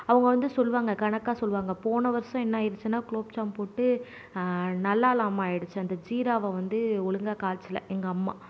அவங்க வந்து சொல்லுவாங்க கணக்காக சொல்லுவாங்க போன வருஷோம் என்ன ஆயிடுச்சினால் குலோப்ஜாம் போட்டு நல்லா இல்லாமல் ஆயிடுச்சு அந்த ஜீராவை வந்து ஒழுங்காக காய்ச்சலை எங்கள் அம்மா